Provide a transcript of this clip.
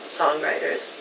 songwriters